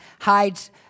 hides